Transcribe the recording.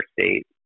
state